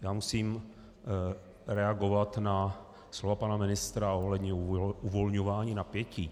Já musím reagovat na slova pana ministra ohledně uvolňování napětí.